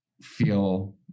feel